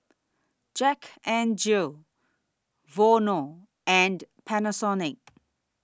Jack N Jill Vono and Panasonic